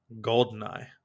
Goldeneye